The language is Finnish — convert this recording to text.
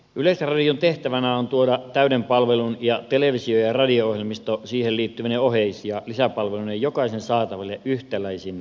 yleisradion tehtävänä on tuoda täyden palvelun televisio ja radio ohjelmisto siihen liittyvine oheis ja lisäpalveluineen jokaisen saataville yhtäläisin ehdoin